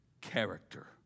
character